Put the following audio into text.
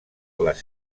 les